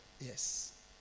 Yes